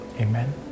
Amen